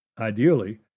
Ideally